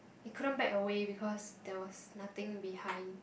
it couldn't back away because there was nothing behind